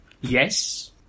Yes